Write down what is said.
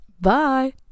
Bye